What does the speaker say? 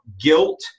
guilt